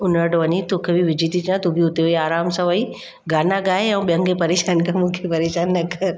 उन वटि वञी तोखे बि विझी थी अचां तूं बि हुते वई आराम सां विही गाना ॻाए ऐं ॿियनि खे परेशान कर मूंखे परेशान न कर